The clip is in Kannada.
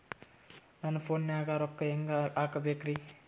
ನನ್ನ ಫೋನ್ ನಾಗ ರೊಕ್ಕ ಹೆಂಗ ಹಾಕ ಬೇಕ್ರಿ?